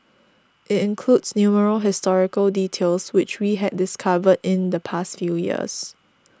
it includes numerous historical details which we had discovered in the past few years